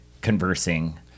conversing